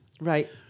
Right